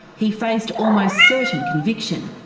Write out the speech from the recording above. he faced almost certain conviction.